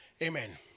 Amen